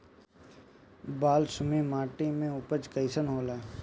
बालसुमी माटी मे उपज कईसन होला?